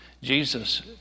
Jesus